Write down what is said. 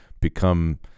become